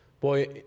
boy